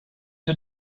für